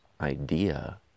idea